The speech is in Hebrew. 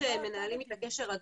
מנהלים איתם קשר הדוק,